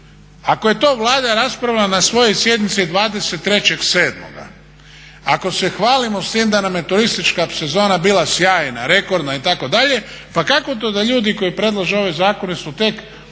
Ako je to Vlada raspravila na svojoj sjednici 23.7., ako se hvalimo s tim da nam je turistička sezona bila sjajna, rekordna itd., pa kako to da ljudi koji predlože ove zakone su tek u